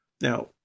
Now